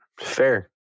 Fair